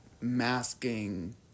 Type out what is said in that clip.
masking